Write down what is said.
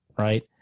Right